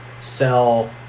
sell